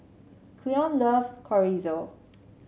Cleone love Chorizo